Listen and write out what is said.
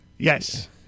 Yes